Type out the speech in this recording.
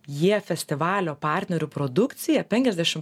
jie festivalio partnerių produkciją penkiasdešim